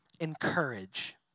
encourage